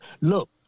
Look